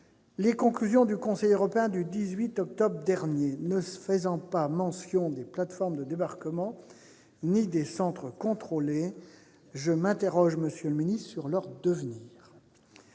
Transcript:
Les conclusions du Conseil européen du 18 octobre dernier ne faisant mention ni des plateformes de débarquement ni des centres contrôlés, je m'interroge, monsieur le ministre, sur le devenir